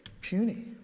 puny